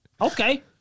Okay